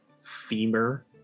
femur